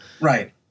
Right